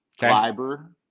Fiber